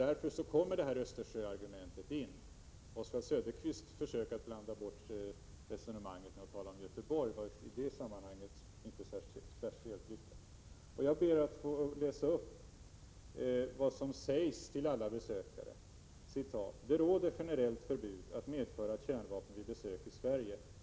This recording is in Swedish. Därför kommer Östersjöargumentet in i bilden. Oswald Söderqvists försök att blanda bort korten genom att tala om Göteborg var i det sammanhanget inte speciellt lyckat. Jag ber att få läsa upp vad som sägs till alla besökare: ”Det råder generellt förbud att medföra kärnvapen vid besök i Sverige.